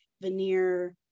veneer